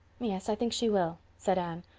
yes, i think she will, said anne.